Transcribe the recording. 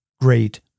great